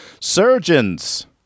Surgeons